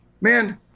Man